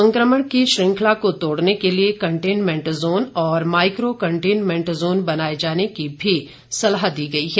संक्रमण की शृंखला को तोड़ने के लिए कन्टेनमेंट जोन और माइक्रो कंटेनमेंट जोन बनाए जाने की भी सलाह दी गई है